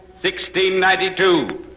1692